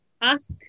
ask